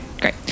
great